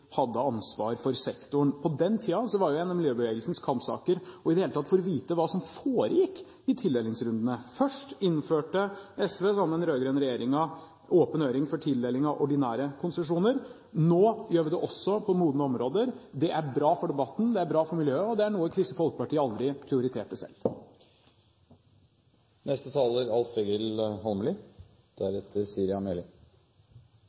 hadde ansvar for sektoren. På den tiden var en av miljøbevegelsens kampsaker i det hele tatt å få vite hva som foregikk i tildelingsrundene. Først innførte SV, sammen med den rød-grønne regjeringen, åpen høring før tildeling av ordinære konsesjoner, nå gjør vi det også på modne områder. Det er bra for debatten, det er bra for miljøet, og det er noe Kristelig Folkeparti aldri prioriterte selv.